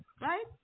right